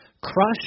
Crush